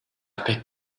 pek